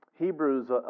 Hebrews